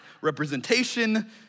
representation